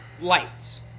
lights